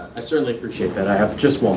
i certainly appreciate that. i have just one